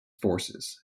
forces